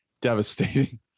devastating